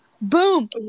Boom